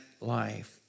life